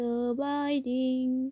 abiding